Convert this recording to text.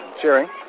cheering